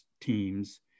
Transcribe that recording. teams